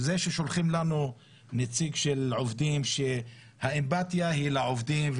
זה ששולחים לנו נציג של עובדים שהאמפתיה היא לעובדים,